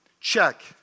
check